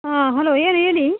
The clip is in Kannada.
ಹಾಂ ಹಲೋ ಏನು ಹೇಳಿ